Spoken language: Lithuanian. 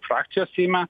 frakcijos seime